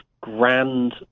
grand